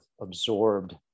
absorbed